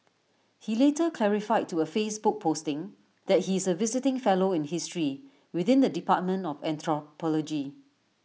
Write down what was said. he later clarified to A Facebook posting that he is A visiting fellow in history within the dept of anthropology